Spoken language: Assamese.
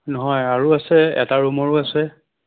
নহয় আৰু আছে এটা ৰুমৰো আছে